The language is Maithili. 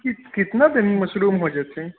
कितना दिन मे मशरूम हो जेते